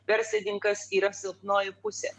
verslininkas yra silpnoji pusė